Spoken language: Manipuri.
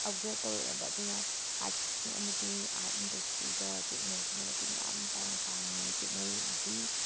ꯑꯞꯒ꯭ꯔꯦꯗ ꯇꯧꯔꯛꯑꯦꯕ ꯑꯗꯨꯅ ꯑꯥꯔꯇꯤꯁꯁꯤꯡ ꯑꯃꯗꯤ ꯑꯥꯔꯠ ꯏꯟꯗꯁꯇ꯭ꯔꯤꯗ ꯇꯦꯛꯅꯣꯂꯣꯖꯤꯅ ꯃꯇꯦꯡ ꯌꯥꯝꯅ ꯆꯥꯎꯅ ꯄꯥꯡꯉꯦ ꯇꯦꯛꯅꯣꯂꯣꯖꯤ